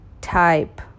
type